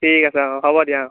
ঠিক আছে অঁ হ'ব দিয়া অঁ